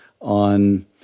on